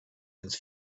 ins